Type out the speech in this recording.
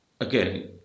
again